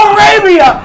Arabia